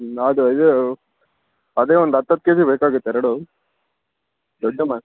ನಾದು ಇದು ಅದೇ ಒಂದು ಹತ್ತು ಹತ್ತು ಕೆಜಿ ಬೇಕಾಗಿತ್ತು ಎರಡು ದೊಡ್ಡ ಮಾ